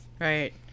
right